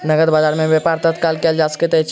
नकद बजार में व्यापार तत्काल कएल जा सकैत अछि